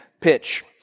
pitch